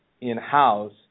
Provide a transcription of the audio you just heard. in-house